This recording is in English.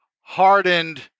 hardened